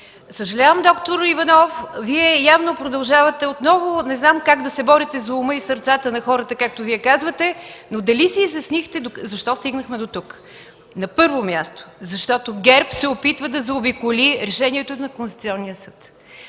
Съжалявам, д-р Иванов, Вие явно продължавате отново, не знам как, да се борите за ума и сърцата на хората, както Вие казвате, но дали си изяснихте защо стигнахме дотук? На първо място, защото ГЕРБ се опитва да заобиколи решението на Конституционния съд.